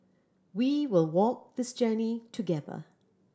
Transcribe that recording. we will walk this journey together